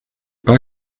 pas